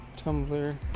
Tumblr